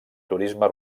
turisme